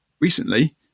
recently